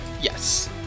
yes